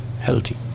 healthy